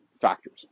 factors